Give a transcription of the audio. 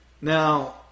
Now